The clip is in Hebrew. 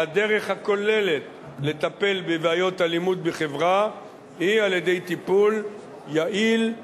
והדרך הכוללת לטפל בבעיות אלימות בחברה היא על-ידי טיפול יעיל,